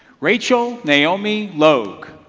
rachel naomi loge